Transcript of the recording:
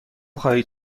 خواهید